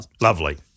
Lovely